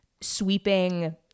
sweeping